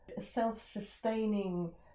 self-sustaining